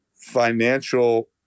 financial